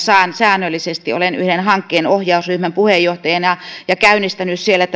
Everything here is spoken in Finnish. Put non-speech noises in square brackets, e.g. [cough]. säännöllisesti olen yhden hankkeen ohjausryhmän puheenjohtajana ja käynnistänyt siellä [unintelligible]